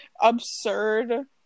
absurd